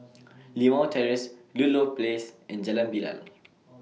Limau Terrace Ludlow Place and Jalan Bilal